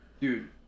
Dude